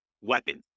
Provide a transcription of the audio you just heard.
weapons